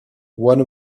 one